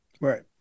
right